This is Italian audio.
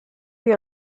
più